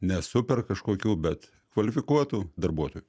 ne super kažkokių bet kvalifikuotų darbuotojų